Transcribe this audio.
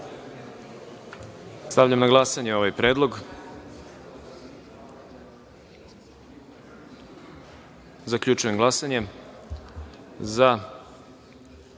Stavljam na glasanje ovaj predlog. Zaključujem glasanje: